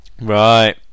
Right